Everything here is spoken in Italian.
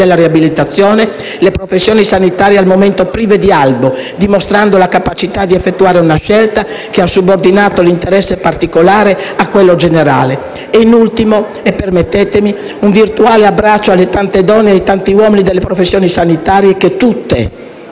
di radiologia medica le professioni sanitarie al momento prive di Albo dimostrando la capacità di effettuare una scelta che ha subordinato l'interesse particolare a quello generale. E, in ultimo e permettete, un virtuale braccio alle tante donne e ai tanti uomini delle professioni sanitarie tutte